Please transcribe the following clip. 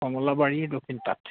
Kamalabari Dakshinpat